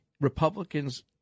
Republicans